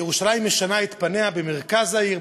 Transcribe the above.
ירושלים משנה את פניה במרכז העיר,